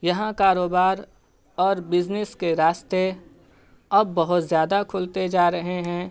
یہاں کاروبار اور بزنس کے راستے اب بہت زیادہ کھلتے جا رہے ہیں